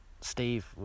Steve